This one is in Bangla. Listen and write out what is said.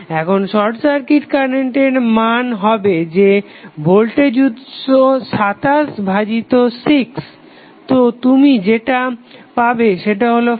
এখানে শর্ট সার্কিট কারেন্টের মান হবে যে ভোল্টেজ উৎস 27 ভাজিত 6 তো তুমি যেটা পাবে সেটা হলো 45 অ্যাম্পিয়ার